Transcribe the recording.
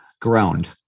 ground